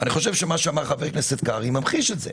אני חושב שמה שאמר חבר הכנסת קרעי ממחיש את זה.